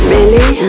Millie